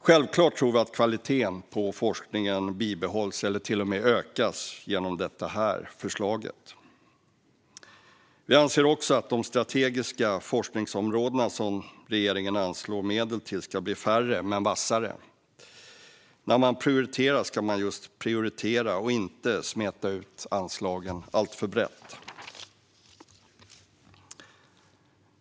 Självfallet tror vi att kvaliteten på forskningen bibehålls eller till och med ökar genom detta förslag. Vi anser också att de strategiska forskningsområden som regeringen anslår medel till ska bli färre men vassare. När man prioriterar ska man just prioritera och inte smeta ut anslagen alltför brett.